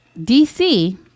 DC